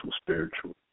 spiritual